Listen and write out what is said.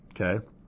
Okay